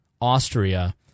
Austria